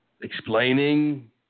explaining